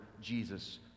Jesus